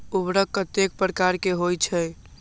उर्वरक कतेक प्रकार के होई छै?